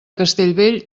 castellbell